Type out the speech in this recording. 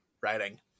writing